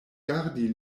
gardi